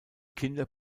kinder